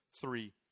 three